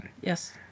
Yes